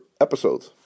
episode